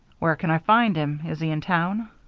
where can i find him? is he in town?